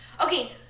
Okay